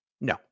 No